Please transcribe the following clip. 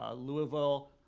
ah louisville,